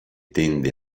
tende